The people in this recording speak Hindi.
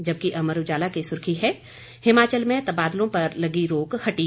जबकि अमर उजाला की सुर्खी है हिमाचल में तबादलों पर लगी रोक हटी